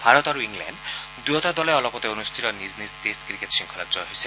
ভাৰত আৰু ইংলেণ্ড দুয়োটা দলে অলপতে অনুষ্ঠিত নিজ নিজ টেষ্ট ক্ৰিকেট শৃংখলাত জয়ী হৈছে